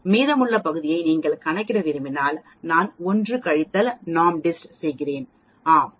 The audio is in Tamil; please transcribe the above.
மீதமுள்ள பகுதியை நீங்கள் கணக்கிட விரும்பினால் நான் 1 கழித்தல் NORMSDIST செய்கிறேன் ஆம் அது 0